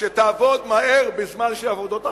שתעבוד מהר, בזמן שהוועדות האחרות,